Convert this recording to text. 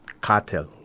Cartel